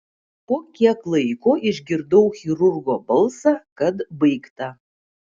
po kiek laiko išgirdau chirurgo balsą kad baigta